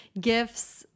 gifts